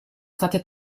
state